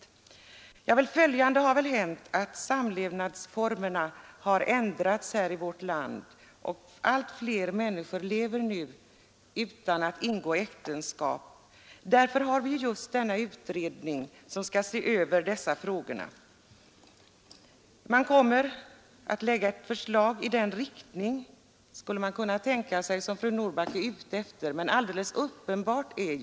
Ja, men följande har väl hänt. Samlevnadsformerna har ändrats i vårt land. Allt fler människor lever nu tillsammans utan att ingå äktenskap. Just därför har vi tillsatt en utredning som skall se över frågorna. Man kan hoppas att den kommer att lägga fram förslag i den riktning som fru Normark förespråkar.